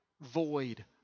void